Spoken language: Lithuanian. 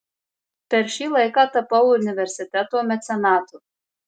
per šį laiką tapau universiteto mecenatu